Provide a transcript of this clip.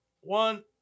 one